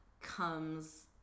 comes